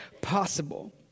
possible